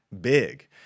big